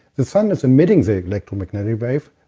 the sun is emitting the electromagnetic wave,